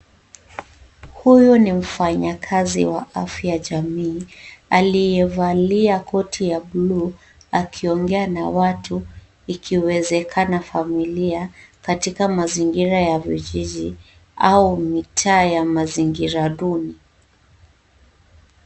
Huyu ni mfanyakazi wa afya jamii aliyevalia koti ya bluu, akiongea na watu, ikiwezekana familia, katika mazingira ya vijiji au mitaa ya mazingira duni.